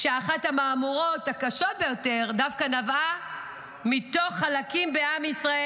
ואחת המהמורות הקשות ביותר דווקא נבעה מתוך חלקים בעם ישראל,